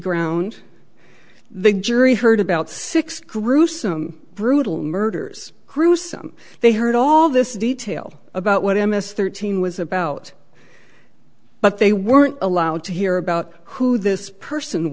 ground the jury heard about six gruesome brutal murders gruesome they heard all this detail about what m s thirteen was about but they weren't allowed to hear about who this person